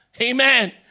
Amen